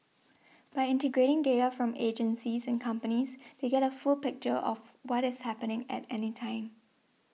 by integrating data from agencies and companies they get a full picture of what is happening at any time